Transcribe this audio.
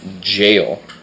jail